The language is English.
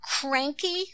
cranky